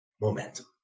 momentum